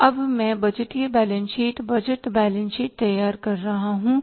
तो अब मैं बजटीय balance sheet budget balance sheet तैयार कर रहा हूं